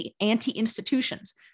anti-institutions